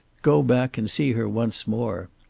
go back and see her once more.